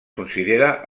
considera